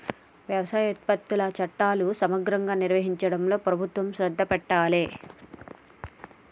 వ్యవసాయ ఉత్పత్తుల చట్టాలు సమగ్రంగా నిర్వహించడంలో ప్రభుత్వం శ్రద్ధ పెట్టాలె